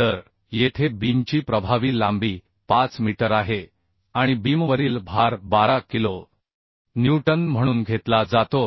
तर येथे बीमची प्रभावी लांबी 5 मीटर आहे आणि बीमवरील भार 12 किलो न्यूटन म्हणून घेतला जातो